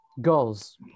goals